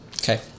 Okay